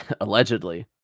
allegedly